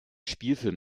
spielfilm